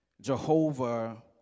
Jehovah